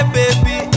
baby